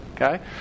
okay